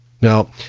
Now